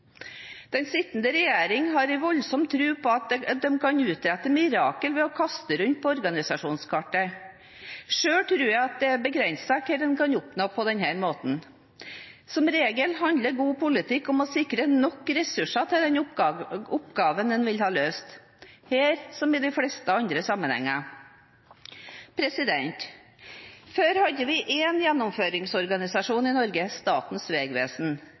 Den sittende regjering har en voldsom tro på at de kan utrette mirakler ved å kaste rundt på organisasjonskartet. Selv tror jeg at det er begrenset hva vi kan oppnå på denne måten. Som regel handler god politikk om å sikre nok ressurser til den oppgaven man vil ha løst – her som i de fleste andre sammenhenger. Før hadde vi én gjennomføringsorganisasjon i Norge – Statens vegvesen.